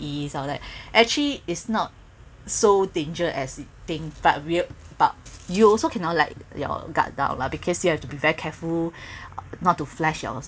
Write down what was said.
I was like actually is not so danger as we think but weird but you also cannot let your guard down lah because you have to be very careful not to flash our